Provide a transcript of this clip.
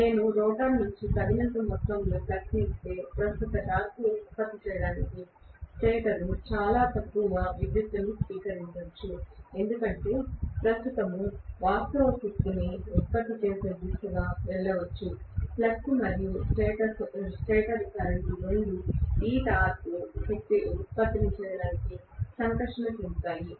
నేను రోటర్ నుండి తగినంత మొత్తంలో ఫ్లక్స్ ఇస్తే ప్రస్తుత టార్క్ ఉత్పత్తి చేయడానికి స్టేటర్ చాలా తక్కువ విద్యుత్తును స్వీకరించవచ్చు ఎందుకంటే ప్రస్తుతము వాస్తవంగా శక్తిని ఉత్పత్తి చేసే దిశగా వెళ్ళవచ్చు ఫ్లక్స్ మరియు స్టేటర్ కరెంట్ రెండూ టార్క్ ఉత్పత్తి చేయడానికి సంకర్షణ చెందుతాయి